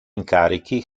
incarichi